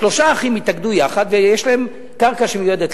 שלושה אחים התאגדו יחד ויש להם קרקע שמיועדת,